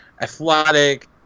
athletic